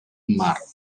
mar